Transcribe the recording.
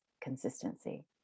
consistency